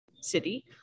city